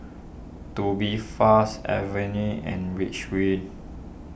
Tubifast Avene and Reach Wind